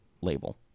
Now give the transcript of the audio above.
label